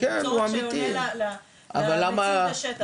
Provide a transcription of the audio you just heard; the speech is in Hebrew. הוא צורך שעולה מהמציאות השטח.